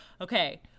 Okay